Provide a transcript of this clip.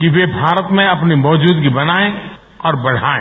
कि वे भारत में अपने मौजूदगी बनाएं और बढाएं